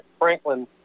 Franklin